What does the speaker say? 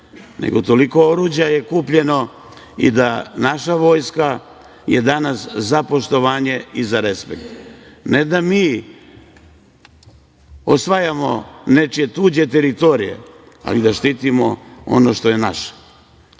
nego toliko oruđa je kupljeno i da naša vojska je danas za poštovanje i za respekt. Ne da mi osvajamo nečije tuđe teritorije ali da štitimo ono što je naše. Kada